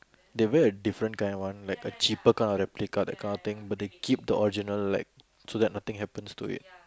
they wear a different kind one like a cheaper kind or a replica kind of thing but they keep the original one so nothing happens to it